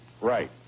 Right